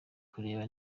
ukureba